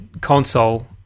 console